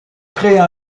créer